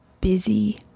Busy